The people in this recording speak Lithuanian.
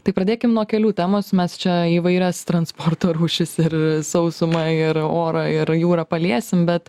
tai pradėkim nuo kelių temos mes čia įvairias transporto rūšis ir sausumą ir orą ir jūrą paliesim bet